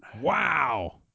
wow